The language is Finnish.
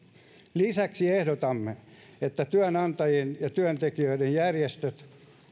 lisäksi ehdotamme että työnantajien ja työntekijöiden järjestöt